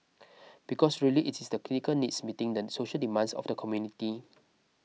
because really it is the clinical needs meeting the social demands of the community